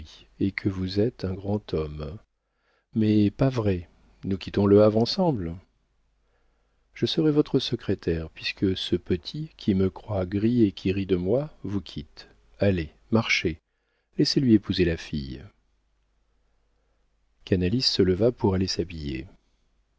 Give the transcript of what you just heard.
et que vous êtes un grand homme mais pas vrai nous quittons le havre ensemble je serai votre secrétaire puisque ce petit qui me croit gris et qui rit de moi vous quitte allez marchez laissez-lui épouser la fille canalis se leva pour aller s'habiller